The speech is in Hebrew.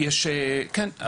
כן,